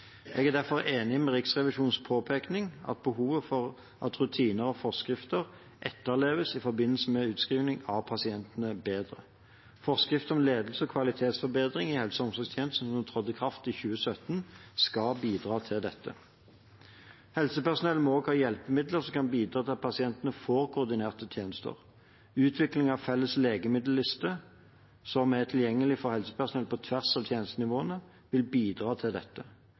Jeg er derfor enig i Riksrevisjonens påpekning av behovet for at rutiner og forskrifter etterleves bedre i forbindelse med utskrivning av pasientene. Forskrift om ledelse og kvalitetsforbedring i helse- og omsorgstjenesten, som trådte i kraft i 2017, skal bidra til dette. Helsepersonellet må også ha hjelpemidler som kan bidra til at pasientene får koordinerte tjenester. Utvikling av felles legemiddelliste som er tilgjengelig for helsepersonell på tvers av tjenestenivåene, vil bidra til dette.